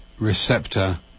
receptor